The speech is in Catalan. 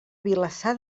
vilassar